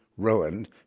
ruined